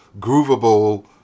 groovable